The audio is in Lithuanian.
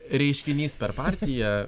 reiškinys per partiją